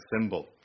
symbol